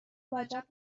وجب